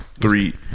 three